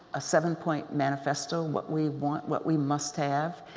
a seven point manifesto, what we want, what we must have.